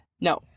No